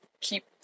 keep